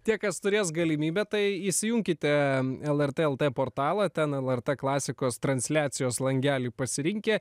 tie kas turės galimybę tai įsijunkite lrt lt portalą ten lrt klasikos transliacijos langelį pasirinkę